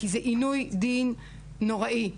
כי זה עינוי דין נוראי.